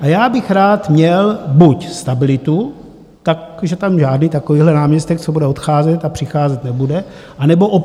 A já bych rád měl buď stabilitu, takže tam žádný takovýhle náměstek, co bude odcházet a přicházet nebude, anebo oporu.